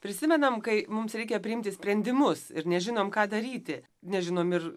prisimenam kai mums reikia priimti sprendimus ir nežinom ką daryti nežinom ir